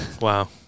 Wow